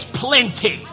plenty